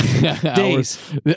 days